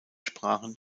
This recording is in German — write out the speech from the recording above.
sprachen